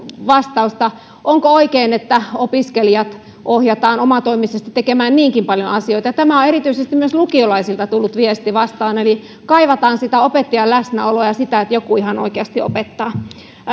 vastausta onko oikein että opiskelijat ohjataan omatoimisesti tekemään niinkin paljon asioita ja tämä viesti on erityisesti myös lukiolaisilta tullut vastaan eli kaivataan sitä opettajan läsnäoloa ja sitä että joku ihan oikeasti opettaa